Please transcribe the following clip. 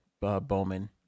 Bowman